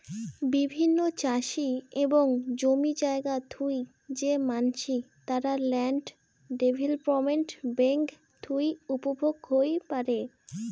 বিভিন্ন চাষি এবং জমি জায়গা থুই যে মানসি, তারা ল্যান্ড ডেভেলপমেন্ট বেঙ্ক থুই উপভোগ হই পারে